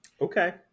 Okay